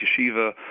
Yeshiva